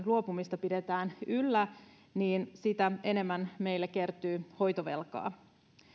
luopumista pidetään yllä niin sitä enemmän meille kertyy hoitovelkaa